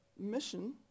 mission